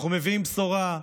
אנחנו מביאים בשורה,